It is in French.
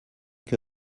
que